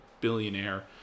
billionaire